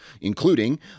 including